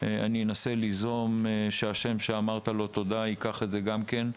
אני אנסה ליזום שהשם שאמרת לו תודה ייקח את זה גם כן,